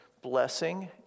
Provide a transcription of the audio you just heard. Blessing